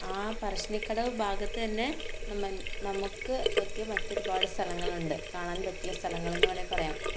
ആ പരശ്ശിനിക്കടവ് ഭാഗത്ത് തന്നെ നമ്മ നമുക്ക് പറ്റിയ മറ്റൊരുപാട് സ്ഥലങ്ങളുണ്ട് കാണാൻ പറ്റിയ സ്ഥലങ്ങളെന്ന് വേണെ പറയാം